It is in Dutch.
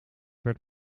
werd